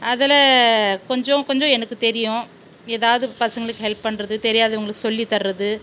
அதில் கொஞ்சம் கொஞ்சம் எனக்கு தெரியும் ஏதாவது பசங்களுக்கு ஹெல்ப் பண்ணுறது தெரியாதவர்களுக்கு சொல்லி தரது